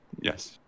Yes